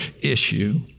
issue